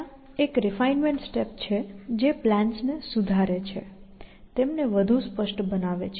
ત્યાં એક refinement step છે જે પ્લાન્સને સુધારે છે તેમને વધુ સ્પષ્ટ બનાવે છે